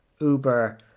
Uber